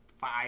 five